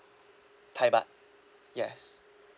thai baht yes